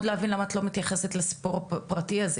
להבין למה את לא מתייחסת לסיפור הפרטי הזה.